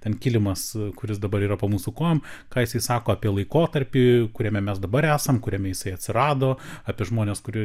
ten kilimas kuris dabar yra po mūsų kojom ką jisai sako apie laikotarpį kuriame mes dabar esam kuriame jisai atsirado apie žmones kurie